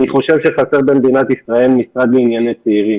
אני חושב שחסר במדינת ישראל משרד לענייני צעירים.